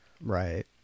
Right